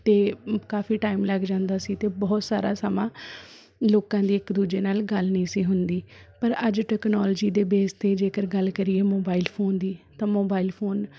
'ਤੇ ਕਾਫ਼ੀ ਟਾਈਮ ਲੱਗ ਜਾਂਦਾ ਸੀ ਅਤੇ ਬਹੁਤ ਸਾਰਾ ਸਮਾਂ ਲੋਕਾਂ ਦੀ ਇੱਕ ਦੂਜੇ ਨਾਲ਼ ਗੱਲ ਨਹੀਂ ਸੀ ਹੁੰਦੀ ਪਰ ਅੱਜ ਟਕਨੋਲਜੀ ਦੇ ਬੇਸ 'ਤੇ ਜੇਕਰ ਗੱਲ ਕਰੀਏ ਮੋਬਾਈਲ ਫ਼ੋਨ ਦੀ ਤਾਂ ਮੋਬਾਈਲ ਫ਼ੋਨ